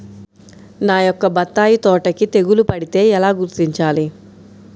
నా యొక్క బత్తాయి తోటకి తెగులు పడితే ఎలా గుర్తించాలి?